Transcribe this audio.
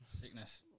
sickness